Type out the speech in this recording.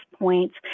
points